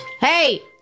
Hey